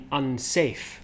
unsafe